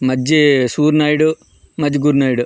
Majji Suri Naidu Majji Gurinaidu